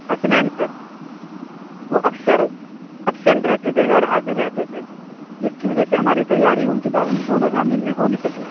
Hasnain sir وہ اکثر absent رہتے تھے غیر حاضر رہتے تھے جس کی وجہ سے ہماری تیاری ان کے دو مضامین میں ہو نہیں سکی